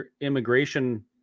immigration